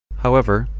however,